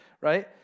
right